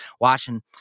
watching